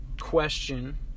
question